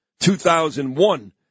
2001